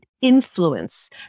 influence